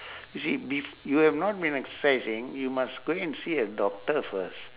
you see bef~ you have not been exercising you must go and see a doctor first